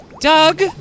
Doug